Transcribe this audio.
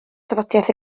tafodiaith